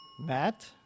Matt